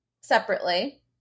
separately